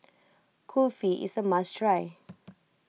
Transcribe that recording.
Kulfi is a must try